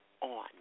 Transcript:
on